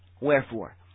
wherefore